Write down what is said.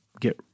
get